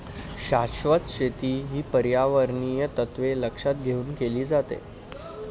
शाश्वत शेती ही पर्यावरणीय तत्त्वे लक्षात घेऊन केली जाते